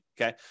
okay